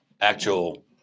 Actual